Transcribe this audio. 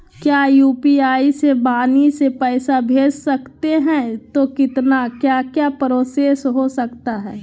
क्या यू.पी.आई से वाणी से पैसा भेज सकते हैं तो कितना क्या क्या प्रोसेस हो सकता है?